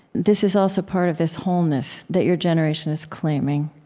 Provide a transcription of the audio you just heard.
this is also part of this wholeness that your generation is claiming.